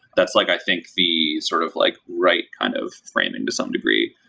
that's like i think the sort of like right kind of framing to some degree.